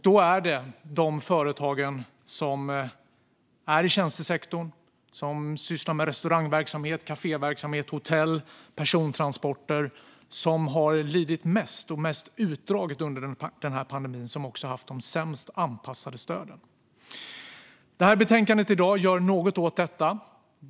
Då är det de företag i tjänstesektorn som sysslar med restaurangverksamhet, kaféverksamhet, hotellverksamhet och persontransporter som har lidit mest och mest utdraget under pandemin som också har haft de sämst anpassade stöden. Dagens betänkande gör något åt detta.